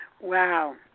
Wow